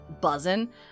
buzzing